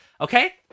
Okay